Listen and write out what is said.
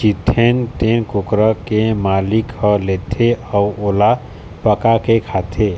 जीतथे तेन कुकरा के मालिक ह लेगथे अउ ओला पकाके खाथे